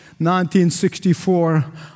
1964